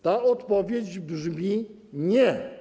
Ta odpowiedź brzmi: nie.